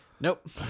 Nope